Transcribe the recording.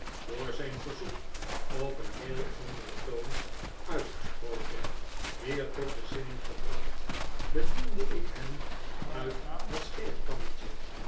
door zijn verzoek op een geheel anderen toon uitgesproken weer tot bezinning gebracht bediende ik hem uit het scheerkannetje